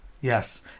Yes